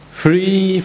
free